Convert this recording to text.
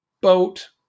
boat